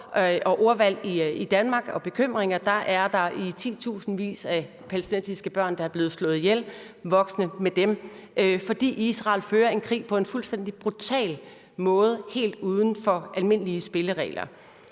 og ordvalg i Danmark, er der i titusindvis af palæstinensiske børn, der er blevet slået ihjel, og voksne med dem, fordi Israel fører en krig på en fuldstændig brutal måde, helt uden for almindelige spilleregler.